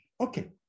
Okay